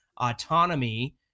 autonomy